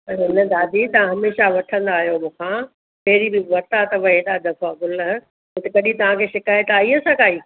अरे न दादी तव्हां हमेशह वठंदा आहियो मूं खां पहिरीं बि वरिता अथव हेॾा दफ़ा गुल त कॾहिं तव्हांखे शिकायत आई आहे छा काई